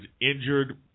injured